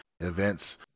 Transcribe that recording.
events